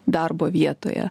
darbo vietoje